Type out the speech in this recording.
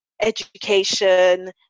education